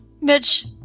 Mitch